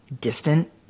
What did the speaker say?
distant